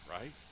right